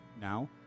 Now